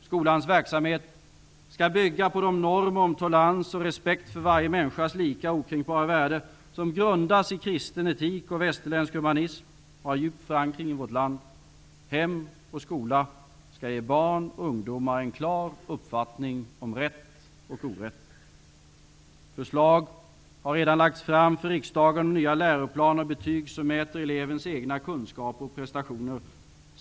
Skolans verksamhet skall bygga på de normer om tolerans och respekt för varje människas lika och okränkbara värde som grundas i kristen etik och västerländsk humanism och som har djup förankring i vårt land. Hem och skola skall ge barn och ungdomar en klar uppfattning om rätt och orätt. Förslag har redan lagts fram för riksdagen om nya läroplaner och betyg som mäter elevens egna kunskaper och prestationer.